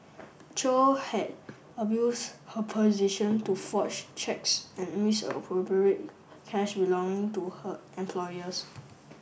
chow had abused her position to forge cheques and misappropriate cash belonging to her employers